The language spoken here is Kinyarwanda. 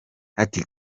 ati